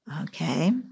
Okay